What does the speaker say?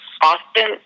Austin